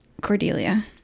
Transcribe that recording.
Cordelia